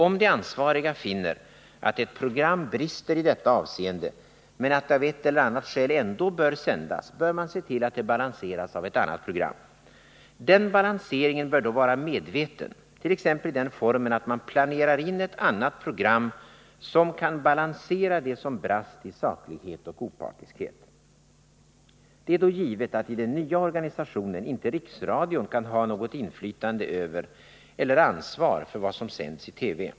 Om de ansvariga finner att ett program brister i detta avseende men att det av ett eller annat skäl ändå bör sändas bör man se till att det balanseras av ett annat program. Den balanseringen bör då vara medveten, t.ex. i den formen att man planerar in ett annat program, som kan balansera det som brast i saklighet och opartiskhet. Det är då givet att i den nya organisationen riksradion inte kan ha något inflytande över eller ansvar för vad som sänds i TV.